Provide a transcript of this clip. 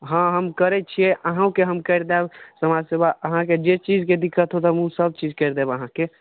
हँ हम करैत छियै अहूँके हम कर देब समाज सेबा अहाँके जे चीजके दिक्कत होएत हम ओ सब चीज करि देब अहाँके